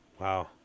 wow